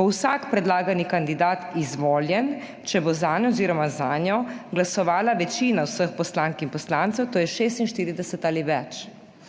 bo vsak predlagani kandidat izvoljen, če bo zanj oziroma zanjo glasovala večina vseh poslank in poslancev, to je 46 ali več.